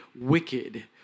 wicked